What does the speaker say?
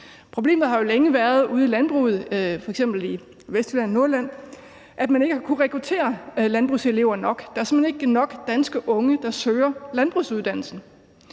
Problemet ude i landbruget, f.eks. i Vestjylland og Nordjylland, har jo længe været, at man ikke har kunnet rekruttere landbrugselever nok. Der er simpelt hen ikke nok danske unge, der søger landbrugsuddannelsen.